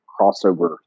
crossover